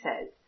says